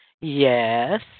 Yes